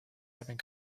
having